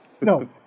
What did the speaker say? No